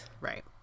Right